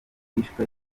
bishwe